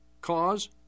cause